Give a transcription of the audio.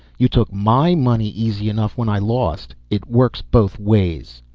you took my money easy enough when i lost it works both ways!